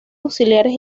auxiliares